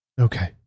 Okay